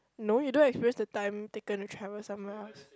no you don't experience the time taken to travel somewhere else